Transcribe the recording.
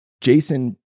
Jason